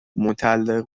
متعلق